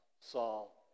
Saul